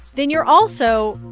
then you're also,